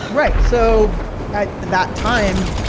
right. so at that time,